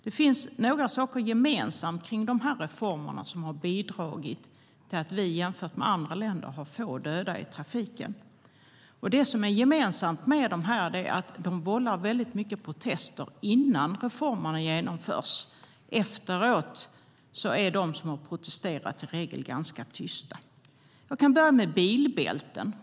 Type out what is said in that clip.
Det finns några saker som är gemensamma i de här reformerna som har bidragit till att vi jämfört med andra länder har få döda i trafiken. En sak som är gemensam är att reformerna vållar mycket protester innan de genomförs. Efteråt är de som har protesterat i regel ganska tysta. Jag kan börja med bilbälten.